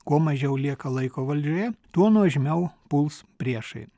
kuo mažiau lieka laiko valdžioje tuo nuožmiau puls priešai